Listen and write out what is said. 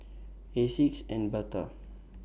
Asics and Bata